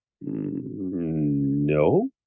no